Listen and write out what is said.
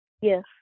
Yes